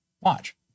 watch